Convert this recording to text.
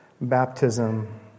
Baptism